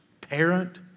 parent